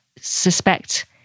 suspect